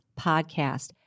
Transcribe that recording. podcast